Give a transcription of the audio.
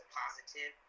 positive